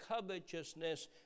covetousness